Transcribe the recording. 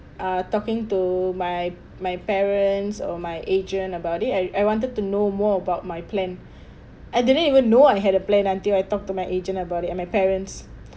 ah talking to my my parents or my agent about it I I wanted to know more about my plan I didn't even know I had a plan until I talk to my agent about it and my parents